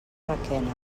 requena